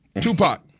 Tupac